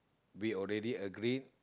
we already agreed